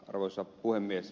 arvoisa puhemies